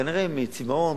כנראה מצימאון,